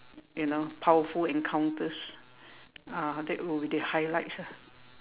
you know powerful encounters ah that will be the highlights ah